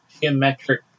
geometric